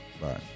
Bye